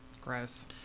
Gross